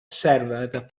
server